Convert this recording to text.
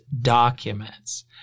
documents